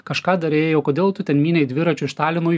kažką darei o kodėl tu ten mynei dviračiu iš talino į